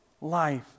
life